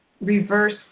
reverse